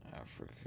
Africa